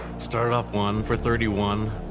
started off one for thirty one.